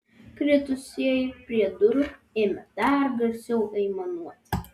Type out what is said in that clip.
kritusieji prie durų ėmė dar garsiau aimanuoti